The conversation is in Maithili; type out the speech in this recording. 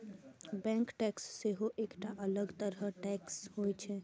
बैंक टैक्स सेहो एकटा अलग तरह टैक्स होइ छै